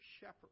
shepherd